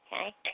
Okay